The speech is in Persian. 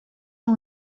اون